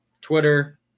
Twitter